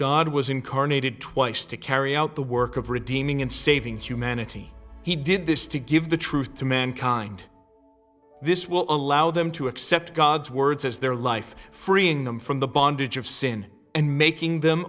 god was incarnated twice to carry out the work of redeeming in saving humanity he did this to give the truth to mankind this will allow them to accept god's words as their life freeing them from the bondage of sin and making them